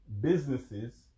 businesses